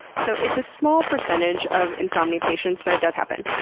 so it's a small percentage of insomnia patients, but it does happen.